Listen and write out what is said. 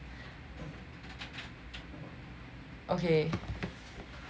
okay